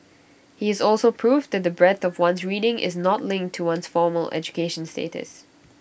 he is also proof that the breadth of one's reading is not linked to one's formal education status